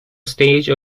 stage